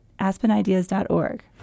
aspenideas.org